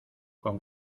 con